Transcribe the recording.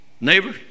Neighbor